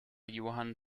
johann